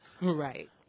Right